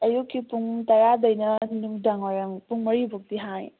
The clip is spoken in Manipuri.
ꯑꯌꯨꯛꯀꯤ ꯄꯨꯡ ꯇꯔꯥꯗꯒꯤꯅ ꯅꯨꯡꯗꯥꯡ ꯋꯥꯏꯔꯝ ꯄꯨꯡ ꯃꯔꯤꯐꯥꯎꯕꯗꯤ ꯍꯥꯡꯉꯦ